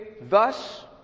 thus